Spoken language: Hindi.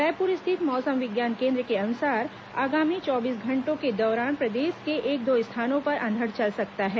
रायपुर स्थित मौसम विज्ञान केन्द्र के अनुसार आगामी चौबीस घंटों के दौरान प्रदेश में एक दो स्थानों पर अंधड़ चल सकता है